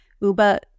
Uba